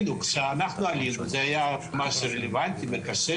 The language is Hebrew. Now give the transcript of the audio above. אנחנו רוצים שהטובים ביותר יעלו ארצה ולא ילכו למקומות